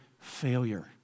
failure